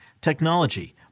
technology